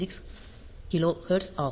6 kilo hertz ஆகும்